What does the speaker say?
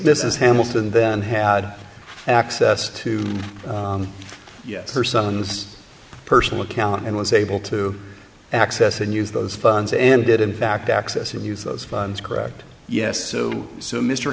is hamilton then had access to yet her son's personal account and was able to access and use those funds and did in fact access and use those funds correct yes so so mr